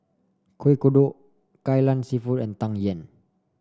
Kuih Kodok Kai Lan seafood and Tang Yuen